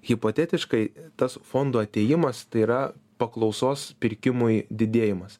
hipotetiškai tas fondų atėjimas tai yra paklausos pirkimui didėjimas